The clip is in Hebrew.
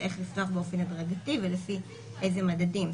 איך לפתוח באופן הדרגתי ולפי איזה מדדים.